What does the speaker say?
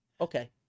okay